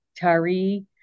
Tari